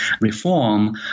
reform